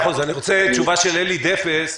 אני רוצה תשובה של אלי דפס.